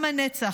עם הנצח,